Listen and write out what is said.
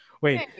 Wait